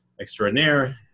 extraordinaire